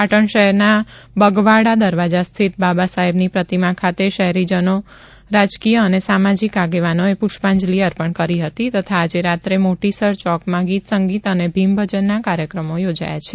પાટણ શહેરના બગવાડા દરવાજા સ્થિત બાબાસાહેબની પ્રતિમા ખાતે શહેરીજનો રાજકીય અને સામાજિક આગેવાનોએ પુષ્પાજલિ અર્પણ કરી હતી તથા આજે રાત્રે મોટીસર ચોકમાં ગીત સંગીત અને ભીમ ભજનના કાર્યક્રમો યોજાયા છે